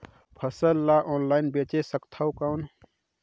फसल ला ऑनलाइन बेचे सकथव कौन?